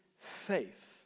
faith